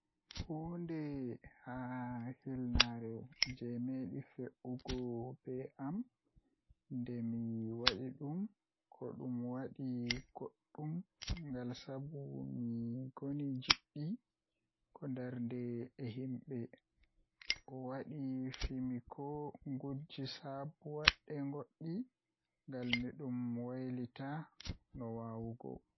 Huunde Haa hilnaare jei meeɗi fe'ugo bee am Nde mi waɗi ɗum, ko ɗum waɗi goɗɗum ngal sabu mi ngoni njiɗi ko ndaarnde e yimɓe. O waɗi fi ko mi njogii sabu waɗde ngoodi ngal mi ɗum wallita no waawugol.